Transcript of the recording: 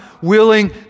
willing